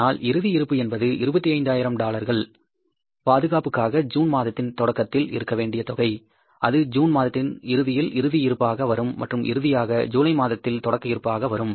ஆனால் இறுதி இருப்பு என்பது 25000 டாலர்கள் பாதுகாப்புக்காக ஜூன் மாதத்தில் தொடக்கத்தில் இருக்க வேண்டிய தொகை அது ஜூன் மாதத்தின் இறுதியில் இறுதி இருப்பாக வரும் மற்றும் இறுதியாக ஜூலை மாதத்தின் தொடக்க இருப்பாக வரும்